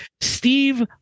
Steve